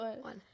one